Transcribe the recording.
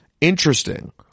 interesting